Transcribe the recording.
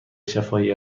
شفاهی